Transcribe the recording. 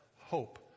hope